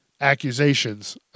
accusations